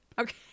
Okay